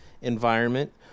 environment